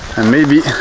and maybe